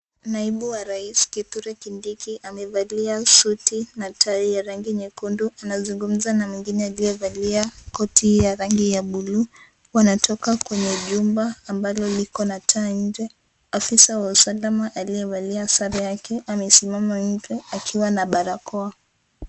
Naibu wa rais Kithure Kindiki amevalia suti na tai ya rangi nyekundu anzungumza na mwengine aliyevalia koti ya rangi ya buluu wanatoka kwenye jumba ambalo liko na taa nje. Afisa wa usalama aliyevalia sare yake amesimama nje akiwa na barakoa.